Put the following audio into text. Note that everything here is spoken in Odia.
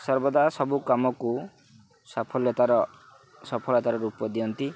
ସର୍ବଦା ସବୁ କାମକୁ ସଫଲଳତାର ସଫଳତାର ରୂପ ଦିଅନ୍ତି